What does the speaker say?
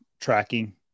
tracking